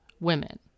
women